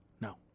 No